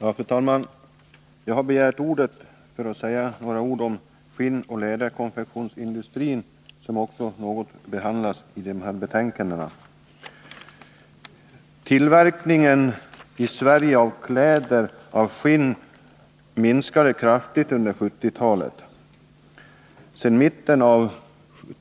Fru talman! Jag har begärt ordet för att säga något om skinnoch läderkonfektionsindustrin, som också behandlas i de här betänkandena. Tillverkningen i Sverige av kläder av skinn minskade kraftigt under 1970-talet. Vid mitten av